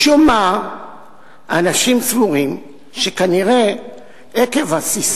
ולא מדובר רק בחברי הכנסת כץ ויחימוביץ.